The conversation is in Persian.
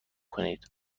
کنید